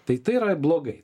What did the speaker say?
tai tai yra blogai